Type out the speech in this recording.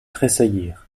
tressaillir